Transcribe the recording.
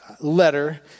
letter